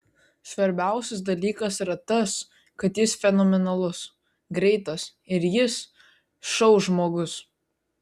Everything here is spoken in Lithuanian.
svarbiausias dalykas yra tas kad jis fenomenalus greitas ir jis šou žmogus